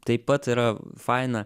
taip pat yra faina